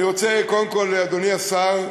אני רוצה, קודם כול, אדוני השר,